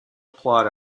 plot